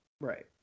Right